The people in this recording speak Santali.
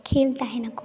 ᱠᱷᱮᱞ ᱛᱟᱦᱮᱱᱟᱠᱚ